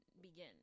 begin